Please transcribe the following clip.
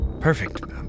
Perfect